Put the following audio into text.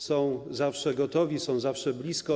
Są zawsze gotowi, są zawsze blisko.